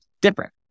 different